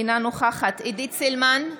אינה נוכחת עידית סילמן,